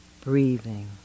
breathing